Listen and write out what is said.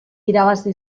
irabazi